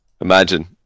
Imagine